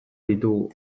ditugu